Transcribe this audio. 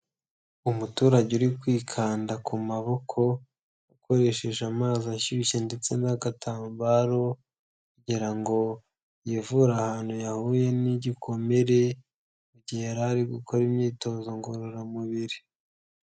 Umuturage uri kwikanda ku maboko, ukoresheje amazi ashyushye ndetse n'agatambaro, kugira ngo yivure ahantu yahuye n'igikomere igihe yarari gukora imyitozo ngororamubiri.